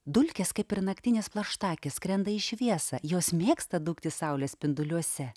dulkės kaip ir naktinės plaštakės skrenda į šviesą jos mėgsta dūkti saulės spinduliuose